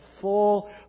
full